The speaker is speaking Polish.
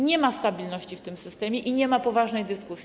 Nie ma stabilności w tym systemie i nie ma poważnej dyskusji.